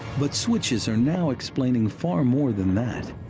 but switches are now explaining far more than that.